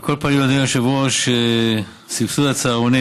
על כל פנים, אדוני היושב-ראש, סבסוד הצהרונים.